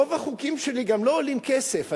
רוב החוקים שלי גם לא עולים כסף.